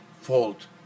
fault